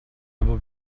would